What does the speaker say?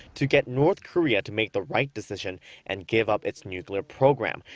to get north korea to make the right decision and give up its nuclear program.